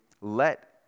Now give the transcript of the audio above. let